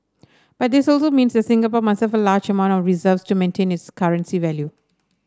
but this also means that Singapore must have a large amount of reserves to maintain its currency value